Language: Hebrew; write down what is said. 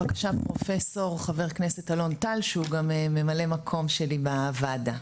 בבקשה פרופ' ח"כ אלון טל שהוא גם ממלא מקום שלי בוועדה.